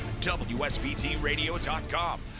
WSBTradio.com